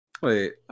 Wait